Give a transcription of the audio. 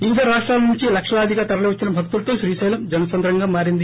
వివిధ రాష్రాల నుంచి లక్షలాదిగా తరలివచ్చిన భక్తులతో క్రీకైలం జనసంద్రంగా మారింది